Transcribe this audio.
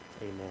Amen